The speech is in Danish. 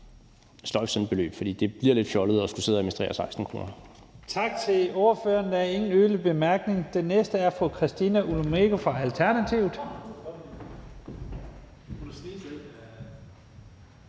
sløjfe sådan et beløb, for det bliver lidt fjollet at skulle sidde og administrere 16 kr.